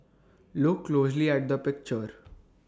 look closely at the picture